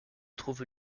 retrouve